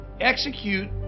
execute